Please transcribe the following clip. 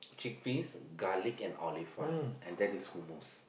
chickpeas garlic and olive oil and that is who moves